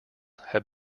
have